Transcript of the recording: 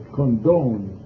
condone